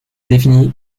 définit